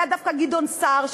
היה דווקא גדעון סער,